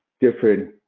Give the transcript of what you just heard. different